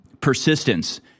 persistence